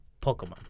Pokemon